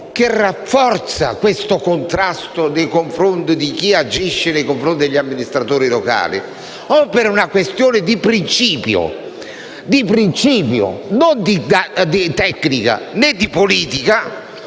che rafforzi il contrasto verso chi agisce nei confronti degli amministratori locali o, per una questione di principio e non di tecnica né di politica,